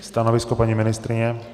Stanovisko paní ministryně?